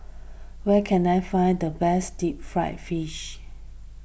where can I find the best Deep Fried Fish